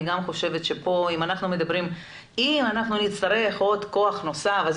אם נצטרך עוד כוח נוסף,